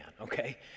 okay